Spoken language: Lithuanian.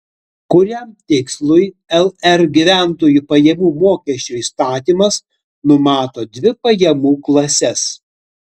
kuriam tikslui lr gyventojų pajamų mokesčio įstatymas numato dvi pajamų klases